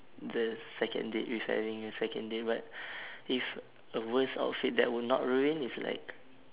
the second date if having a second date but if a worst outfit that will not ruin is like